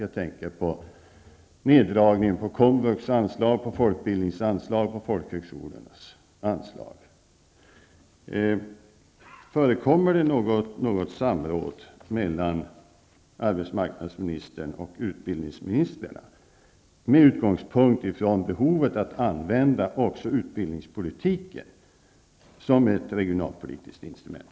Jag tänker på neddragningen av anslagen till komvux, till folkbildningen och folkhögskolorna. Förekommer det något samråd mellan arbetsmarknadsministern och utbildningsministern med utgångspunkt i att använda också utbildningspolitiken som ett regionalpolitiskt instrument?